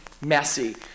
messy